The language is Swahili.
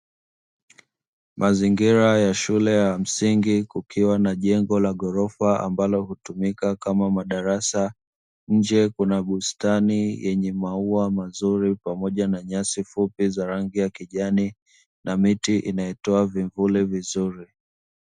Mazingira ya shule ya msingi kukiwa na jengo la ghorofa ambalo hutumika kama madarasa, nje kuna bustani yenye maua mazuri pamoja na nyasi fupi za rangi ya kijani na miti inayotoa vivuli vizuri.